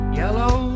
yellow